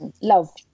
Love